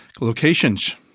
Locations